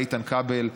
לאיתן כבל,